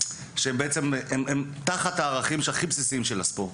שהן תחת הערכים הכי בסיסיים של הספורט,